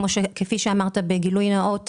כפי שאמרת בגילוי נאות,